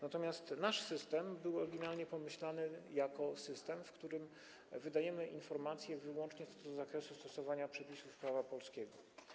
Natomiast nasz system był oryginalnie pomyślany jako system, w którym wydajemy informacje wyłącznie co do zakresu stosowania przepisów prawa polskiego.